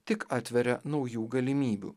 tik atveria naujų galimybių